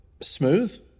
smooth